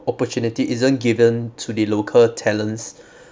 opportunity isn't given to the local talents